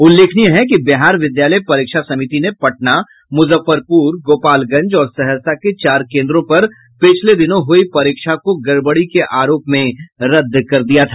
उल्लेखनीय है कि बिहार विद्यालय परीक्षा समिति ने पटना मुजफ्फरपुर गोपालगंज और सहरसा के चार केंद्रों पर पिछले दिनों हुयी परीक्षा को गड़बड़ी के आरोप में रद्द कर दिया था